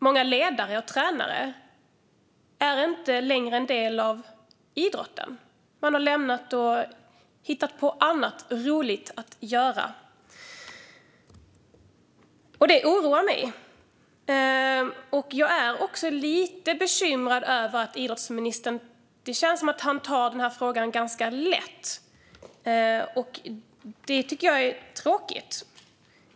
Många ledare och tränare är inte längre en del av idrotten. De har lämnat idrotten och hittat på annat roligt att göra. Det oroar mig. Jag är också lite bekymrad över att idrottsministern verkar ta ganska lätt på den här frågan. Det tycker jag är tråkigt.